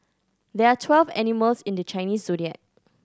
there are twelve animals in the Chinese Zodiac